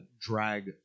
drag